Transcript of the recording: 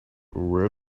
where